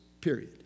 Period